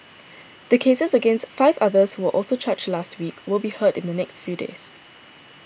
the cases against five others who were also charged last week will be heard in the next few days